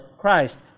Christ